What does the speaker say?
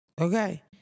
Okay